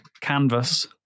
canvas